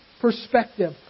perspective